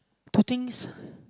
two things